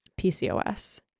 PCOS